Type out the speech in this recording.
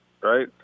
Right